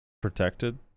protected